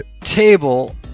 table